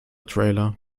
trailer